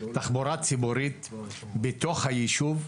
תחבורה ציבורית בתוך היישוב,